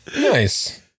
Nice